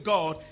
God